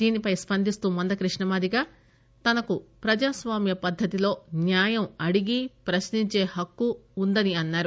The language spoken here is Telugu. దీనిపై స్పందిస్తూ మందక్రిష్ణ మాదిగ తనకు ప్రజాస్వామ్య పద్దతిలో న్యాయం అడిగి ప్రశ్నించే హక్కు ఉందని అన్నారు